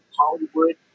Hollywood